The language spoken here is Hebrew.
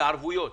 בערבויות,